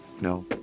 No